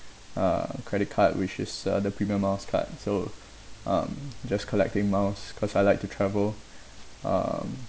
uh credit card which is uh the premier miles card so um just collecting miles cause I like to travel um